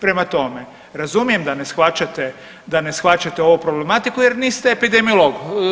Prema tome, razumijem da ne shvaćate, da ne shvaćate ovu problematiku jer niste epidemiolog.